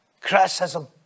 criticism